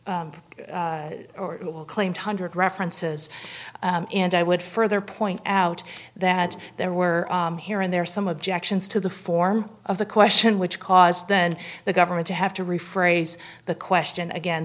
l claim hundred references and i would further point out that there were here and there are some objections to the form of the question which caused then the government to have to rephrase the question again